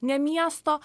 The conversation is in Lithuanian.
ne miesto